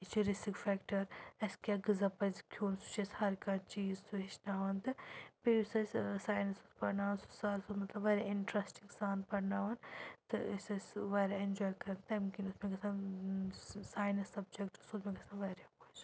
یہِ چھِ risk factor اسہِ کیاہ غذا پَزِ کھیٚون سُہ چھُ اسہِ ہر کانٛہہ چیٖز سُہ ہیٚچھناوان تہٕ بیٚیہِ یُس اسہِ ٲں ساینَس اوٗس پَرناوان سُہ سَر سُہ اوٗس مطلب واریاہ اِنٹرٛسٹِنٛگ سان پَرناوان تہٕ أسۍ ٲسۍ سُہ واریاہ ایٚنجواے کَران تَمہِ کِنۍ اوٗس مےٚ گژھان ساینَس سَبجَکٹہٕ سُہ اوٗس مےٚ گژھان واریاہ